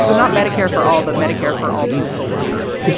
so not medicare for all, but medicare for all postal workers.